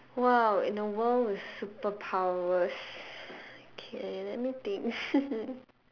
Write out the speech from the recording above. !wow! in a world with superpowers K let me think